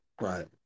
right